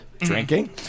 drinking